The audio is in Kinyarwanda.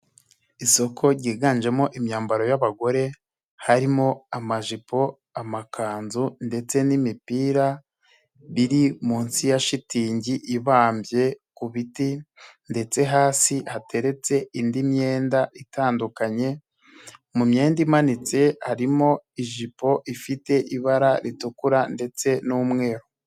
Isoko ryiganjemo imyambaro y'abagore harimo amajipo, amakanzu ndetse n'imipira biri munsi ya shitingi ibambye ku biti ndetse hasi hateretse indi myenda itandukanye, mu myenda imanitse harimo ijipo ifite ibara ritukura ndetse n'umweru.